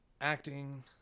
acting